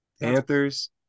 Panthers